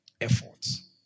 efforts